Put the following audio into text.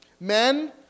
men